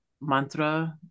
mantra